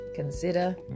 consider